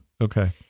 Okay